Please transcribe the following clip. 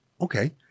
okay